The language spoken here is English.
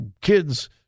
kids